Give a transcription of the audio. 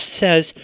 says